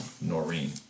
Noreen